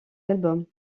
albums